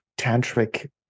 tantric